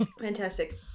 Fantastic